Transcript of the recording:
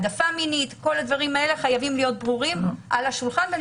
כל הדברים הללו חייבים להיות על השולחן ואני